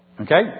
Okay